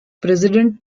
president